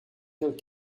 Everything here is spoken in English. killed